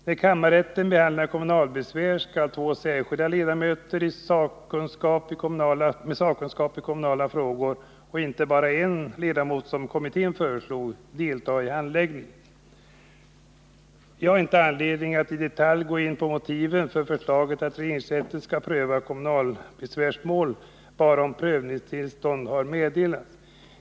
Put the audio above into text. När kammarrätten behandlar kommunalbesvärsmål, skall två särskilda ledamöter med sakkunskap i kommunala frågor 29 —- inte bara en ledamot, som kommittén föreslog — delta i handläggningen. Jag har inte anledning att i detalj gå in på motiven för förslaget att regeringsrätten skall pröva kommunalbesvärsmål bara om prövningstillstånd har meddelats.